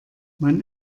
man